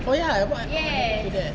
oh ya I thought I thought you want to do that